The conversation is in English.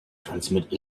transmit